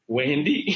Wendy